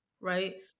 right